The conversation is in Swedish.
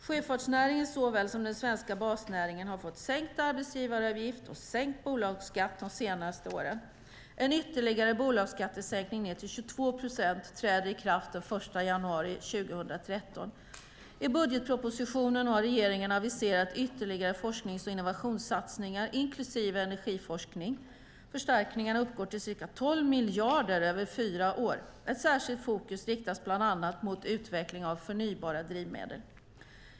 Sjöfartsnäringen såväl som den svenska basnäringen har fått sänkt arbetsgivaravgift och sänkt bolagsskatt de senaste åren. En ytterligare bolagsskattesänkning till 22 procent träder i kraft den 1 januari 2013. I budgetpropositionen har regeringen aviserat ytterligare forsknings och innovationssatsningar, inklusive energiforskning. Förstärkningarna uppgår till ca 12 miljarder över fyra år. Ett särskilt fokus riktas bland annat utveckling av förnybara drivmedel.